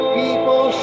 people